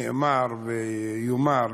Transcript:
שנאמר וייאמר,